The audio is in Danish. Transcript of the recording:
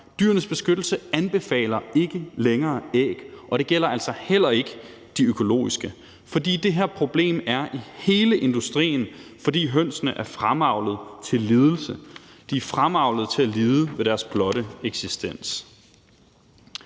Dyrenes Beskyttelse anbefaler ikke længere æg, og det gælder altså heller ikke de økologiske æg, for det her problem er i hele industrien, fordi hønsene er fremavlet til lidelse. De er fremavlet til at lide ved deres blotte eksistens.